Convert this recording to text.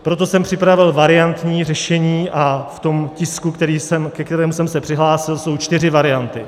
Proto jsem připravil variantní řešení a v tom tisku, ke kterému jsem se přihlásil, jsou čtyři varianty.